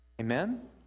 Amen